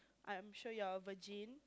I am sure you're virgin